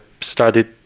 started